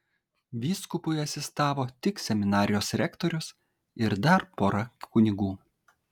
vyskupui asistavo tik seminarijos rektorius ir dar pora kunigų